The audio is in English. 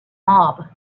mob